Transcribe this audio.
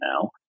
now